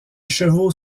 chevaux